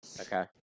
Okay